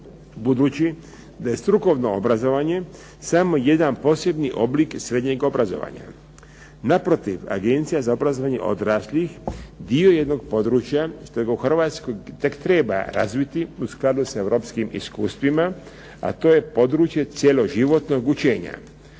budući da je strukovno obrazovanje samo jedan posebni oblik srednjeg obrazovanja.“ Naprotiv, Agencija za obrazovanje odraslih dio je jednog područja što ga u Hrvatskoj tek treba razviti u skladu sa europskim iskustvima, a to je područje cjeloživotnog učenja,